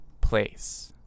place